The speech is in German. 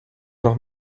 noch